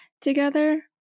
together